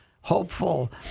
hopeful